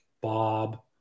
Bob